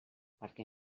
perquè